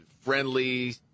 friendly